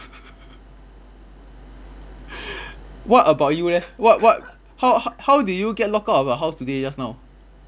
what about you leh what what how how did you get locked out of your house today just now